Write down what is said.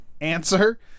answer